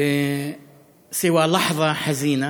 רק רגע עצוב